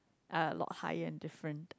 a lot higher and different